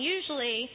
Usually